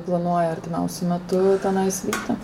planuojat artimiausiu metu tenais vykti